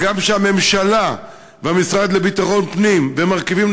אבל גם שהממשלה והמשרד לביטחון הפנים ומרכיבים